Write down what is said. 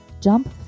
Jump